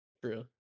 True